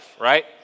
right